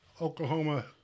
oklahoma